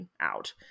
out